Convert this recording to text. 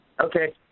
Okay